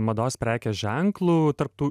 mados prekės ženklu tarptau